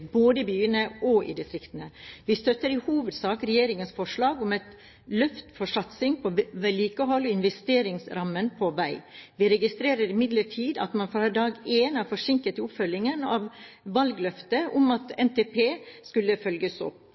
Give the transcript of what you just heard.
både i byene og i distriktene. Vi støtter i hovedsak regjeringens forslag om et løft for satsing på vedlikehold og investeringsramme på veg. Vi registrerer imidlertid at man fra dag én er forsinket i oppfølgingen av valgløftet om at NTP skal følges opp.